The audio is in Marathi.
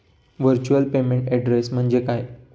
व्हर्च्युअल पेमेंट ऍड्रेस म्हणजे काय?